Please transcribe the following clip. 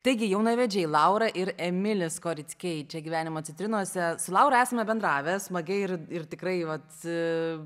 taigi jaunavedžiai laura ir emilis korickiai čia gyvenimo citrinose su laura esame bendravę smagiai ir ir tikrai vat